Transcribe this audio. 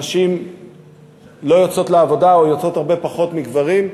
נשים לא יוצאות לעבודה או יוצאות הרבה פחות מגברים.